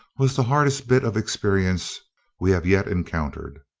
was the hardest bit of experience we have yet encountered.